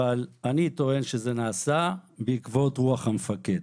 אבל אני טוען שזה נעשה בעקבות רוח המפקד,